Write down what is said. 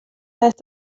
heißt